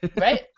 Right